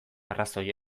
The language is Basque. arrazoi